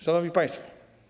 Szanowni Państwo!